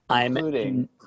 Including